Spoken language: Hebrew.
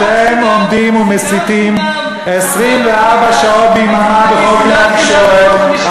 אתם עומדים ומסיתים 24 שעות ביממה בכל כלי התקשורת.